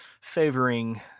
favoring